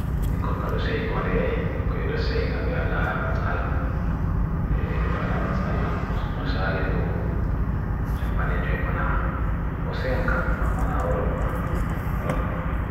Bikon ka dosai ikon de, bikon ya dosai inga be'ala mat ala, be'ala mat ala. Musa alindobu, japanejwebona osayankam, mamana oron numa.